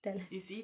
talent